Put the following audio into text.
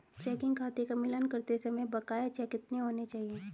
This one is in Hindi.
चेकिंग खाते का मिलान करते समय बकाया चेक कितने होने चाहिए?